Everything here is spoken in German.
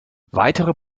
weitere